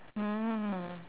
mm